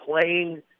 playing